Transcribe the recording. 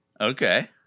Okay